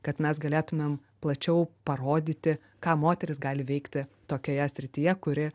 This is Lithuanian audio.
kad mes galėtumėm plačiau parodyti ką moteris gali veikti tokioje srityje kuri